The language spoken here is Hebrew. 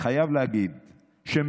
(תיקון, פינוי קשישים), התשפ"א 2021,